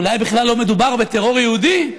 אולי בכלל לא מדובר בטרור יהודי.